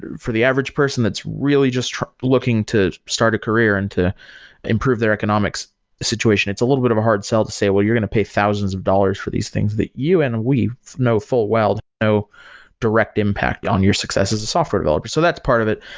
for the average person that's really just looking to start a career and to improve their economic so situation, it's a little bit of a hard sell to say, well, you're going to pay thousands of dollars for these things, that you and we know full well have no direct impact on your success as a software developer. so that's a part of it.